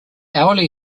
hourly